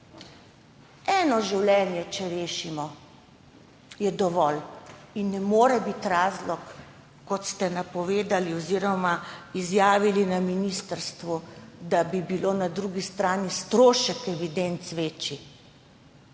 eno življenje, je dovolj. To ne more biti razlog, kot ste napovedali oziroma izjavili na ministrstvu, da bi bil na drugi strani strošek evidenc večji.